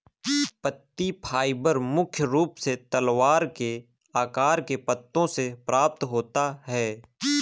पत्ती फाइबर मुख्य रूप से तलवार के आकार के पत्तों से प्राप्त होता है